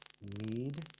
need